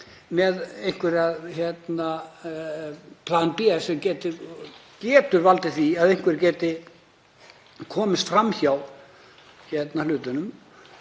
með eitthvert plan B sem getur valdið því að einhver komist fram hjá hlutunum.